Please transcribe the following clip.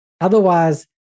Otherwise